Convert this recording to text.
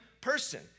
person